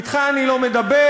אתך אני לא מדבר.